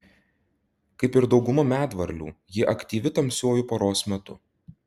kaip ir dauguma medvarlių ji aktyvi tamsiuoju paros metu